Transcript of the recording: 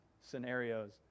scenarios